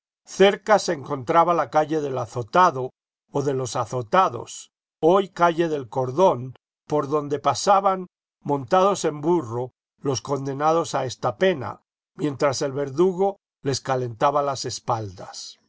cerca se encontraba la calle del azotado o de los azotados hoy calle del cordón por donde pasaban montados en burro los condenados a esta pena mientras el verdugo les calentaba las espaldas